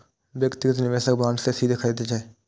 व्यक्तिगत निवेशक बांड कें सीधे खरीदै छै